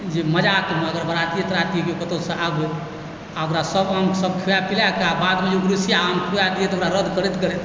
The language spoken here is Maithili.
जे मजाकमे अगर बाराती तराती कोइ कतहुँसँ आबु आ ओकरा सभ आमसभ खुआ पिया कऽ बादमे जे उड़ीशिया आम खुआ दिअ तऽ ओकरा रद करैत करैत